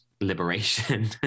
Liberation